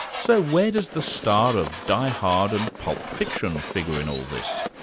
so where does the star of die hard and pulp fiction figure in all this?